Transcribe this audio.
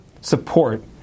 support